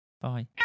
Bye